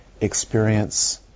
experience